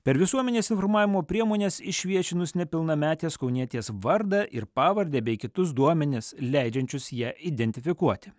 per visuomenės informavimo priemones išviešinus nepilnametės kaunietės vardą ir pavardę bei kitus duomenis leidžiančius ją identifikuoti